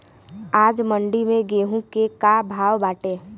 आज मंडी में गेहूँ के का भाव बाटे?